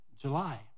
July